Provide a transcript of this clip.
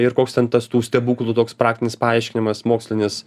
ir koks ten tas tų stebuklų toks praktinis paaiškinimas mokslinis